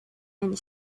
and